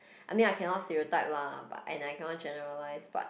I mean I cannot stereotype lah but and I cannot generalize but